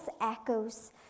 echoes